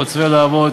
חוצבי הלהבות